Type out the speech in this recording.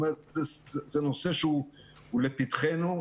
זה נושא שהוא לפתחנו.